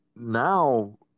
Now